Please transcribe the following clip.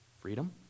freedom